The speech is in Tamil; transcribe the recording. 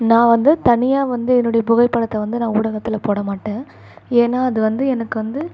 நான் வந்து தனியாக வந்து என்னுடைய புகைப்படத்தை வந்து நான் ஊடகத்தில் போடமாட்டேன் ஏன்னா அது வந்து எனக்கு வந்து